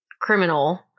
criminal